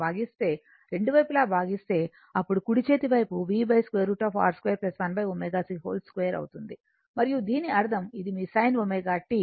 తో భాగిస్తే రెండు వైపులా భాగిస్తే అప్పుడు కుడి చేతి వైపు v √ R 2 1 ω c 2 అవుతుంది మరియు దీని అర్థం ఇది మీ sin ω t